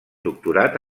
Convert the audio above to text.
doctorat